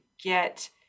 get